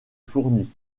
fournis